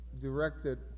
directed